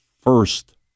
First